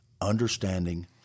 understanding